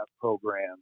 program